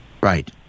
Right